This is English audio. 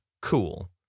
Cool